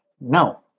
no